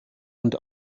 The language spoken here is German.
und